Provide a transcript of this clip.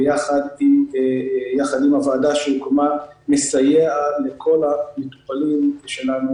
ביחד עם הוועדה שהוקמה מסייעים לכל המטופלים שלנו